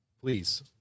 please